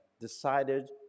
decided